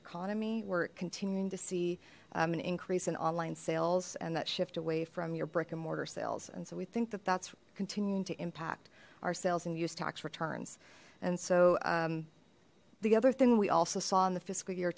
economy we're continuing to see an increase in online sales and that shift away from your brick and mortar sales and so we think that that's continuing to impact our sales and use tax returns so the other thing we also saw in the fiscal year